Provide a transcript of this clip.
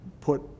put